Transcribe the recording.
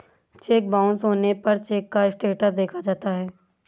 check bounce होने पर cheque का स्टेटस देखा जाता है